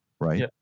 right